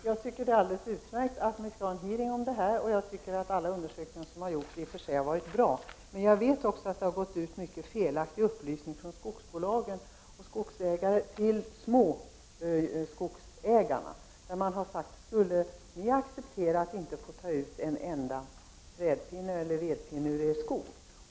Herr talman! Det är utmärkt att det ordnas en utfrågning, och jag tycker att alla undersökningar som har gjorts har varit bra. Men det har gått ut felaktiga upplysningar från skogsbolagen till små skogsägare där man har frågat: Skulle ni acceptera att inte få ta ut en enda vedpinne ur er skog.